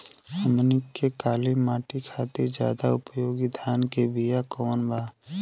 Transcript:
हमनी के काली माटी खातिर ज्यादा उपयोगी धान के बिया कवन बा?